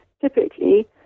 typically